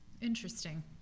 Interesting